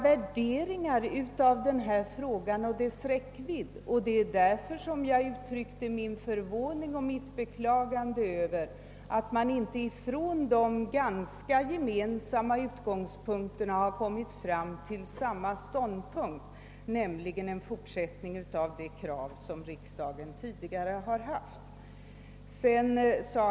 Värderingen av problemet och dess räckvidd är också lika. Det var därför som jag uttryckte min förvåning och mitt beklagande över att man från dessa gemensamma utgångspunkter inte kommit fram till samma ställningstagande, nämligen ett fullföljande av det krav som riksdagen tidigare framfört.